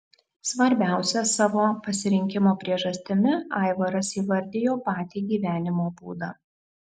svarbiausia savo pasirinkimo priežastimi aivaras įvardijo patį gyvenimo būdą